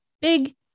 big